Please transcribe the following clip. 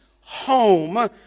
home